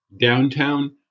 downtown